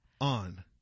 ...on